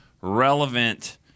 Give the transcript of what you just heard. relevant